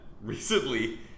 recently